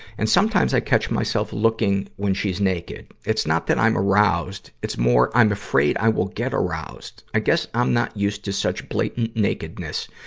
and sometimes, i catch myself looking when she's naked. it's not that i'm aroused. it's more, i'm afraid i will get aroused. i guess i'm not used to such blatant nakedness.